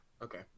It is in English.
Okay